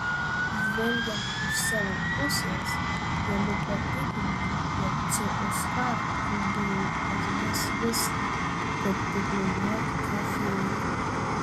žvelgiant iš savo pusės galiu patikinti jog cska žaidėjai atiduos viską kad tik laimėtų trofėjų